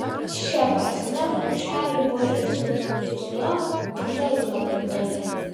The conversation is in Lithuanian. šia prasme vargšeliui borisui iki jo tikrai labai toli